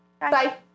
bye